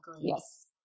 Yes